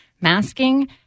masking